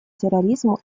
терроризму